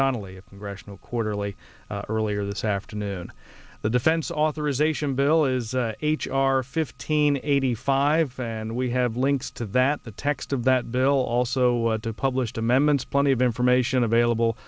donnelly of congressional quarterly earlier this afternoon the defense authorization bill is h r fifteen eighty five and we have links to that the text of that bill also published amendments plenty of information available